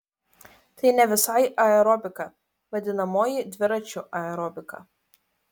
tai ne visai aerobika vadinamoji dviračių aerobika